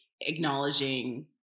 acknowledging